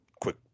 quick